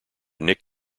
nick